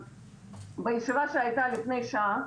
בישיבה שהייתה לפני שנה,